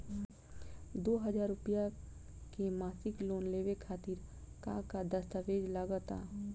दो हज़ार रुपया के मासिक लोन लेवे खातिर का का दस्तावेजऽ लग त?